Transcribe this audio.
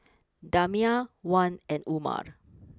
Damia Wan and Umar